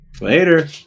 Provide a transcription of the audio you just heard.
later